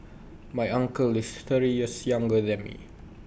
my uncle is thirty years younger than me